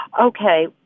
Okay